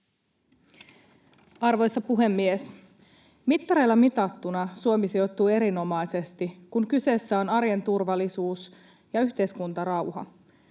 Arvoisa puhemies! Mittareilla mitattuna Suomi sijoittuu erinomaisesti, kun kyseessä on arjen turvallisuus ja yhteiskuntarauha.